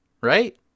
right